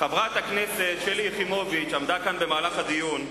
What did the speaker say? חברת הכנסת שלי יחימוביץ עמדה כאן במהלך הדיון,